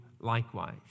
likewise